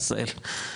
עשהאל,